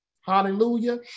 Hallelujah